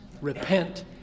repent